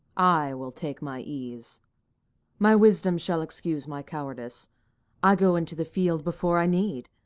i will take my ease my wisdom shall excuse my cowardice i go into the field before i need!